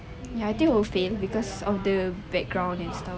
ya I think will fail because of the background is